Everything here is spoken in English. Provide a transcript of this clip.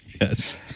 Yes